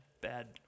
bad